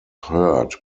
heard